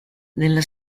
nella